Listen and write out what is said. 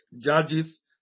Judges